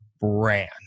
brand